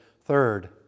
third